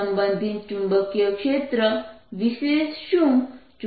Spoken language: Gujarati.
સંબંધિત ચુંબકીય ક્ષેત્ર વિશે શું